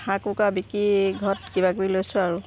হাঁহ কুকৰা বিকি ঘৰত কিবা কৰি লৈছো আৰু